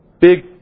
big